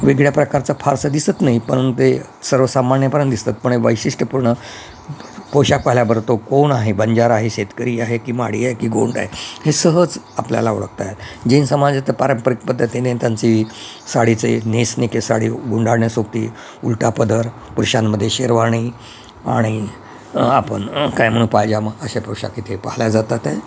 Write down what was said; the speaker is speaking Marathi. वेगळ्या प्रकारचं फारसं दिसत नाही पण ते सर्वसामान्य दिसतात पण हे वैशिष्ट्यपूर्ण पोशाख पाहिल्याबरोबर तो कोण आहे बंजारा आहे शेतकरी आहे की माडीया आहे की गोंड आहे हे सहज आपल्याला ओळखत आहे जैन समाज तर पारंपरिक पद्धतीने त्यांची साडीचे नेसणे की साडी गुंडाळण्यासोबती उलटा पदर पुरुषांमध्ये शेरवाणी आणि आपण काय म्हणून पायजमा अशा पोशाख इथे पाहिल्या जातात आहे